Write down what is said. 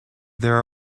there